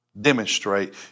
demonstrate